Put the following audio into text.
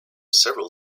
several